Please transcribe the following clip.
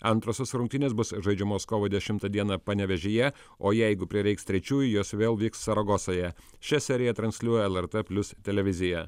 antrosios rungtynės bus žaidžiamos kovo dešimtą dieną panevėžyje o jeigu prireiks trečiųjų jos vėl vyks saragosoje šią seriją transliuoja lrt plius televizija